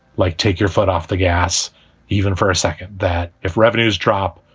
like, take your foot off the gas even for a second, that if revenues drop,